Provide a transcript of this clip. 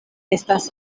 estas